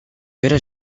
vera